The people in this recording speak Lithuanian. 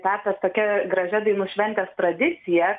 tapęs tokia gražia dainų šventės tradicija